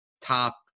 top